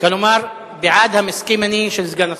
כלומר בעד ה"מסכים אני" של סגן השר.